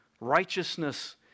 righteousness